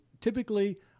typically